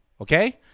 Okay